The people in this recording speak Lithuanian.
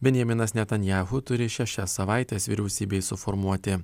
benjaminas netanyahu turi šešias savaites vyriausybei suformuoti